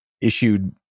issued